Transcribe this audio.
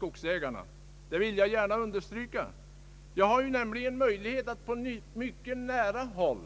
Denna uppskattning vill jag gärna ånyo understryka. Jag har nämligen möjlighet att på nära håll